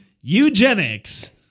Eugenics